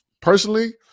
personally